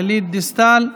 גלית דיסטל,